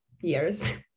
years